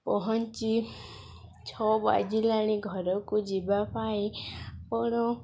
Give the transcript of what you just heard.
ପହଞ୍ଚି ଛଅ ବାଜିଲାଣି ଘରକୁ ଯିବାପାଇଁ ଆପଣ